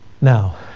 Now